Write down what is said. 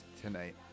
tonight